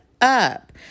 up